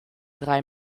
drei